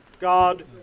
god